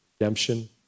redemption